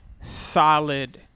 solid –